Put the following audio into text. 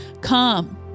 come